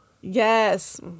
Yes